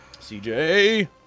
CJ